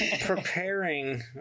preparing